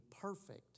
perfect